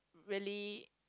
really